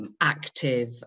active